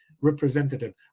representative